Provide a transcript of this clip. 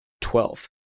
Twelve